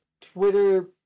Twitter